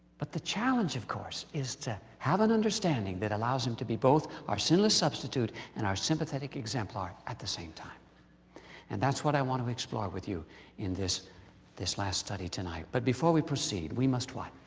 but the challenge, of course, is to have an understanding that allows him to be both, our sinless substitute and our sympathetic exemplar at the same time and that's what i want to explore with you in this this last study tonight. but before we proceed, we must what.